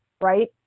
right